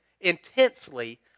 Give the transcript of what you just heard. intensely